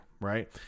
right